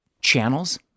channels